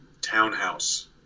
townhouse